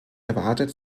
erwartet